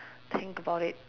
think about it